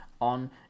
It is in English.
on